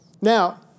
Now